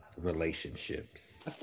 relationships